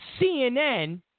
CNN